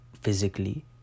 physically